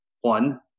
One